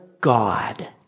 God